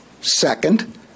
Second